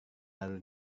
lalu